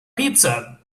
pizza